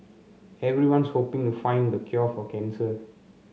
everyone's hoping to find the cure for cancer